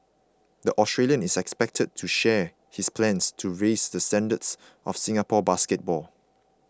the Australian is expected to share his plans to raise the standards of Singapore basketball